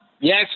Yes